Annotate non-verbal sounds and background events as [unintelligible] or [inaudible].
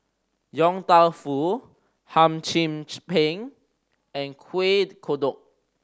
Yong Tau Foo hum chim [unintelligible] peng and Kueh Kodok